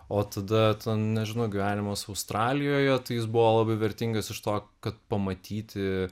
o tada ten nežinau gyvenimas australijoje tai jis buvo labai vertingas iš to kad pamatyti